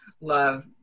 love